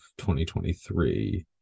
2023